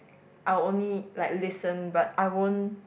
I'll only like listen but I won't